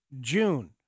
June